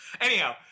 Anyhow